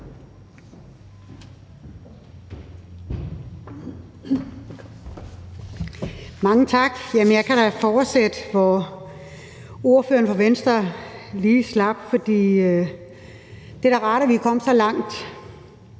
Mange tak. Jamen jeg kan da fortsætte, hvor ordføreren for Venstre lige slap. Det er da rart, at vi er kommet så langt,